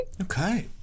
Okay